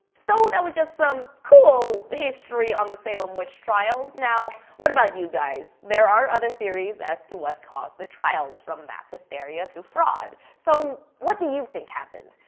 so, that was just some cool history on the salem witch trials. now what about you guys? there are other theories as to what caused the trial, from mass hysteria to fraud, so what do you think happened?